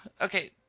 okay